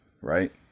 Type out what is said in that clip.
Right